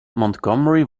montgomery